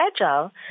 agile